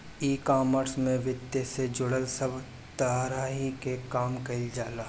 ecommerce में वित्त से जुड़ल सब तहरी के काम कईल जाला